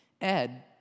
Ed